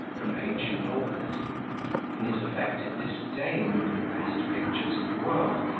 from ancient authors in his affected disdain of the best pictures of the world,